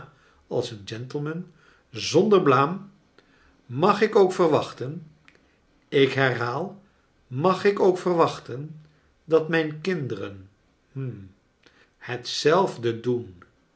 als een gentleman zonder blaam mag ik ook verwachten ik herhaal mag ik ook verwachten dat mijn kinderen hm hetzelfde dceii